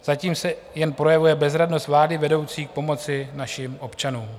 Zatím se jen projevuje bezradnost vlády vedoucí k pomoci našim občanům.